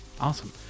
Awesome